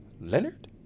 Leonard